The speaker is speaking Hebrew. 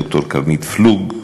ד"ר קרנית פלוג,